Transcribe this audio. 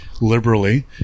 liberally